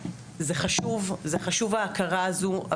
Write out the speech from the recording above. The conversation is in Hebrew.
זה חשוב ההכרה הזו,